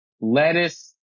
Lettuce